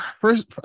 first